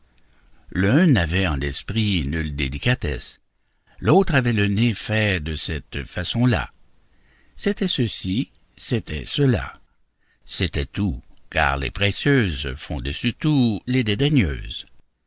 l'un n'avait en l'esprit nulle délicatesse l'autre avait le nez fait de cette façon-là c'était ceci c'était cela c'était tout car les précieuses font dessus tout les dédaigneuses